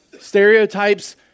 Stereotypes